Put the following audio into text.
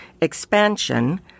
expansion